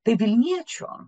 tai vilniečio